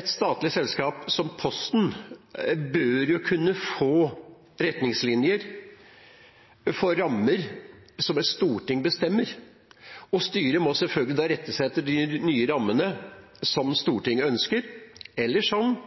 Et statlig selskap som Posten bør kunne få retningslinjer, få rammer, som et storting bestemmer, og styret må selvfølgelig rette seg etter de nye rammene som Stortinget ønsker, eller som